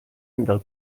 del